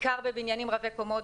בעיקר בבניינים רבי קומות.